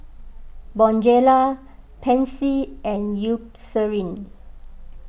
Bonjela Pansy and Eucerin